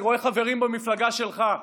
אני רואה חברים במפלגה שלך,